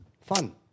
Fun